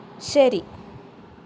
ശരി